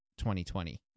2020